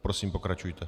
Prosím, pokračujte.